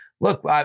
look